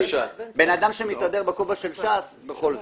בן אדם שמתהדר בכובע של ש"ס, בכל זאת.